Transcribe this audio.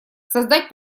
создать